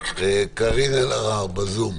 קארין אלהרר בזום.